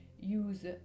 Use